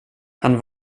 han